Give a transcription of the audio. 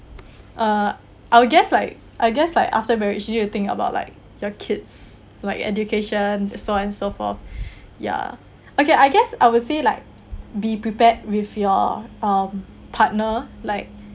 uh I'll guess like I guess like after marriage you think about like your kids like education so on and so forth ya okay I guess I would say like be prepared with your um partner like